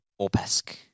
Orpesk